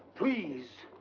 please!